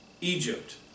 Egypt